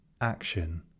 Action